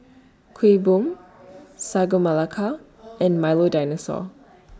Kuih Bom Sagu Melaka and Milo Dinosaur